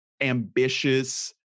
ambitious